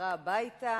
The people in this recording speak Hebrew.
החזרה הביתה,